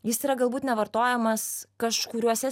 jis yra galbūt nevartojamas kažkuriuose